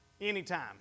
anytime